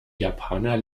japaner